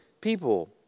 people